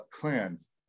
clans